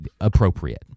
appropriate